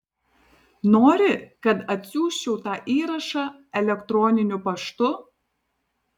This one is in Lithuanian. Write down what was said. nori kad atsiųsčiau tą įrašą elektroniniu paštu